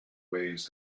ways